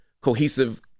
cohesive